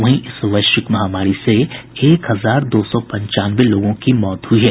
वहीं इस वैश्विक महामारी से एक हजार दो सौ पंचानवे लोगों की मौत हई है